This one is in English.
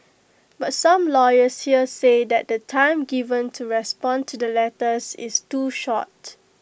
but some lawyers here say that the time given to respond to the letters is too short